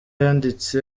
yanditse